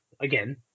Again